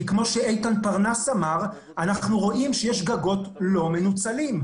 כי כמו שאמר איתן פרנס אנחנו רואים שיש גגות לא מנוצלים: